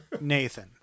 Nathan